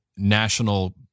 National